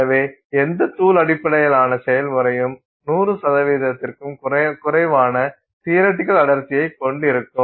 எனவே எந்த தூள் அடிப்படையிலான செயல்முறையும் 100 க்கும் குறைவான தியரட்டிகள் அடர்த்தியை கொண்டிருக்கும்